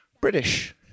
British